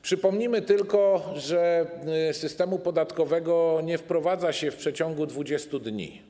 Przypomnimy tylko, że systemu podatkowego nie wprowadza się w przeciągu 20 dni.